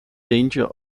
danger